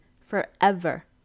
forever